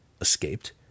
Escaped